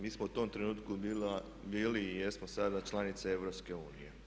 Mi smo u tom trenutku bili i jesmo sada članica EU.